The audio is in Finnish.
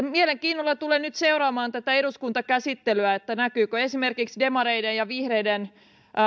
mielenkiinnolla tulen nyt seuraamaan tätä eduskuntakäsittelyä näkyykö esimerkiksi demareiden ja vihreiden